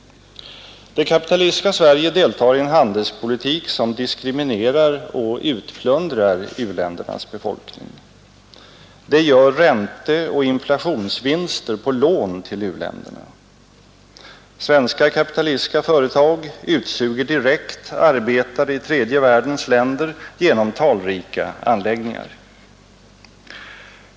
Det kapitalistiska Sverige deltar i en handelspolitik som diskriminerar och utplundrar u-ländernas befolkning. Det gör ränteoch inflationsvinster på lån till u-länderna. Svenska kapitalistiska företag utsuger direkt arbetare i tredje världens länder genom talrika anläggningar.